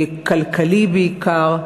כלכלי בעיקר,